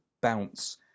bounce